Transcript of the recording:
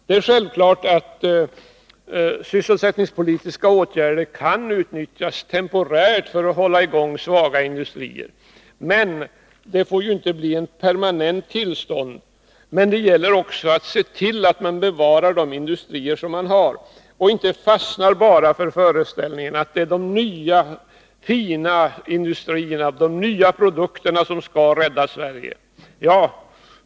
Det är självklart att sysselsättningspolitiska åtgärder kan utnyttjas temporärt för att hålla i gång svaga industrier. Men det får inte bli ett permanent tillstånd. Det gäller också att se till att man bevarar de industrier man har och inte bara fastnar för föreställningen att det är de nya fina industrierna, de nya produkterna, som skall rädda Sverige.